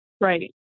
Right